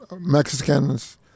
Mexicans